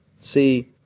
See